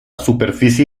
superficie